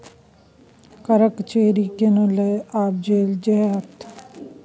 करक चोरि केने छलय आब जेल जेताह